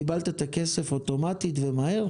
קיבלת את הכסף אוטומטית ומהר?